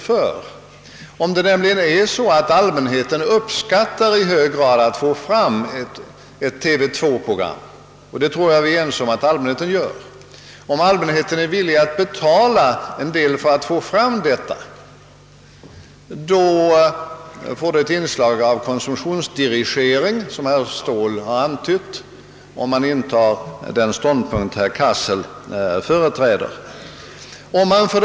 Om nämligen allmänheten i hög grad skulle uppskatta att få fram ett andra TV-program — det tror jag vi alla anser att allmänheten gör — och är villig att betala för detta, får den ståndpunkt som herr Cassel företräder ett inslag av konsumtionsdirigering, såsom herr Ståhl här antytt.